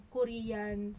Korean